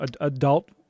adult